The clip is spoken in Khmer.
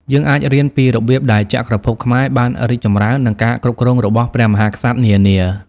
យើងអាចរៀនពីរបៀបដែលចក្រភពខ្មែរបានរីកចម្រើន និងការគ្រប់គ្រងរបស់ព្រះមហាក្សត្រនានា។